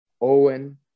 Owen